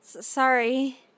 Sorry